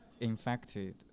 infected